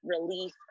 relief